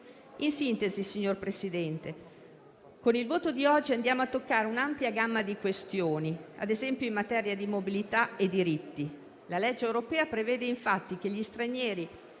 In sintesi, signor Presidente, con il voto di oggi andiamo a toccare un'ampia gamma di questioni, ad esempio in materia di mobilità e diritti. La legge europea prevede infatti che gli stranieri